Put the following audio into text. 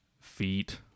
Feet